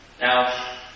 Now